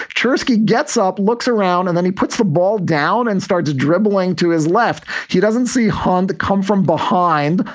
czerski gets up, looks around, and then he puts the ball down and starts dribbling to his left. he doesn't see honda come from behind.